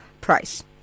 price